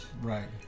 Right